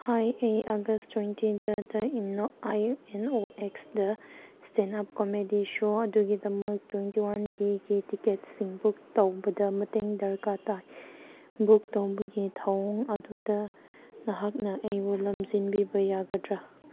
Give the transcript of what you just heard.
ꯍꯥꯏ ꯑꯩ ꯑꯥꯒꯁ ꯇ꯭ꯋꯦꯟꯇꯤꯗ Inox I N O ꯑꯦꯛꯁꯇ ꯁ꯭ꯇꯦꯟ ꯑꯞ ꯀꯣꯃꯦꯗꯤ ꯁꯣ ꯑꯗꯨꯒꯤꯗꯃꯛ ꯇ꯭ꯋꯦꯟꯇꯤ ꯋꯥꯟ ꯀꯦꯒꯤ ꯇꯤꯀꯦꯠꯁꯤꯡ ꯕꯨꯛ ꯇꯧꯕꯗ ꯃꯇꯦꯡ ꯗꯔꯀꯥꯔ ꯇꯥꯏ ꯕꯨꯛ ꯇꯧꯕꯒꯤ ꯊꯧꯑꯣꯡ ꯑꯗꯨꯗ ꯅꯍꯥꯛꯅ ꯑꯩꯕꯨ ꯂꯝꯖꯤꯡꯕꯤꯕ ꯌꯥꯒꯗ꯭ꯔ